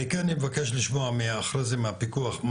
אני כן אבקש לשמוע אחרי זה מהפיקוח,